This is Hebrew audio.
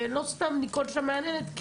ולא סתם ניקול שם מהנהנת,